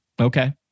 Okay